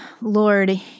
Lord